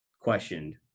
questioned